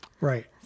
Right